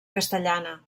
castellana